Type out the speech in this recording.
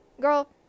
Girl